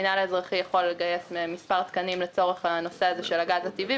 המינהל האזרחי יכול לגייס מספר תקנים לצורך קידום הנושא של הגז הטבעי.